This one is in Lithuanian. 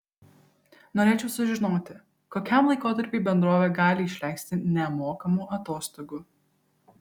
norėčiau sužinoti kokiam laikotarpiui bendrovė gali išleisti nemokamų atostogų